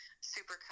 super